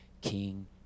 King